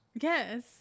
yes